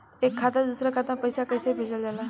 एक खाता से दूसरा खाता में पैसा कइसे भेजल जाला?